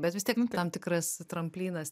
bet vis tiek tam tikras tramplynas